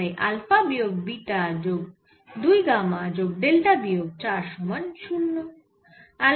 তাই আলফা বিয়োগ বিটা যোগ 2 গামা যোগ ডেল্টা বিয়োগ 4 সমান 0